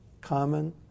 common